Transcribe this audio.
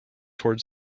towards